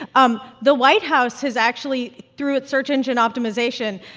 um the white house has actually, through its search engine optimization,